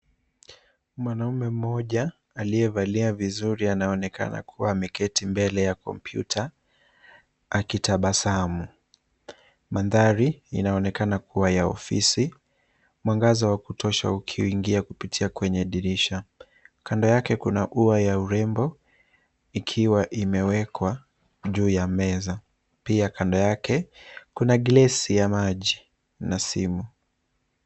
Mwanaume mmoja aliyevalia vizuri anaonekana kuwa ameketi mbele ya kompyuta akitabasamu. Mandhari inaonekana kuwa ya ofisi, mwangaza wa kutosha ukiingia kupitia kwenye dirisha. Kando yake kuna ua ya urembo ikiwa imewekwa juu ya meza. Pia kando yake kuna glesi ya maji na simu.